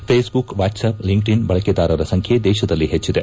face book WhatsApp LinkedIn ಬಳಕೆದಾರರ ಸಂಖ್ಯೆ ದೇಶದಲ್ಲಿ ಹೆಚ್ಡದೆ